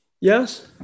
Yes